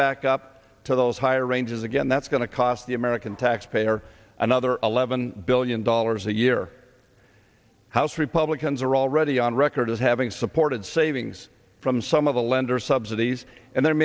back up to those higher ranges again that's going to cost the american taxpayer another eleven billion dollars a year house republicans are already on record as having supported savings from some of the lenders subsidies and the